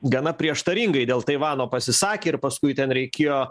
gana prieštaringai dėl taivano pasisakė ir paskui ten reikėjo